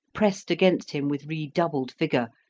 pressed against him with redoubled vigour,